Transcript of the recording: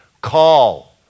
Call